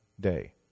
day